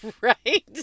Right